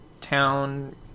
town